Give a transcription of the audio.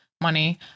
money